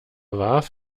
warf